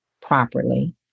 properly